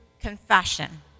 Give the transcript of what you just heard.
confession